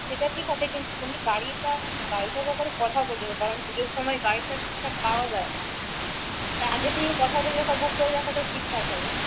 সেটা ঠিক আছে কিন্তু তুমি গাড়িটা গাড়িটার ব্যাপারে কথা বলে নিও কারণ পুজোর সময়ে গাড়িটা ঠিকঠাক পাওয়া যায় না তা আগে থেকে কথা বলে রাখা বুক করে রাখাটা ঠিকঠাক হবে